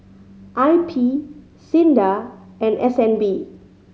I P SINDA and S N B